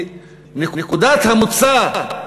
כי נקודת המוצא,